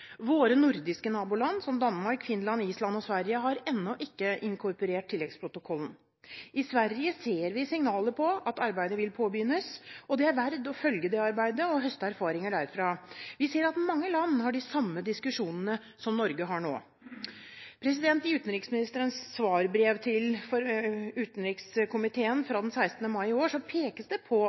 Våre nordiske naboland, som Danmark, Finland, Island og Sverige, har ennå ikke inkorporert tilleggsprotokollen. I Sverige ser vi signaler på at arbeidet vil påbegynnes, og det er verd å følge det arbeidet og høste erfaringer derfra. Vi ser at mange land har de samme diskusjonene som Norge har nå. I utenriksministerens svarbrev til utenrikskomiteen fra den 16. mai i år pekes det på